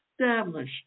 establish